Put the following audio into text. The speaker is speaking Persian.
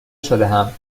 شدهام